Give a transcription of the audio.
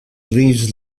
leaves